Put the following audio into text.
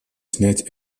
снять